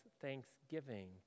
thanksgiving